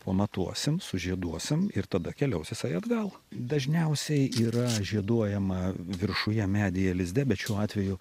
pamatuosim sužieduosim ir tada keliaus jisai atgal dažniausiai yra žieduojama viršuje medyje lizde bet šiuo atveju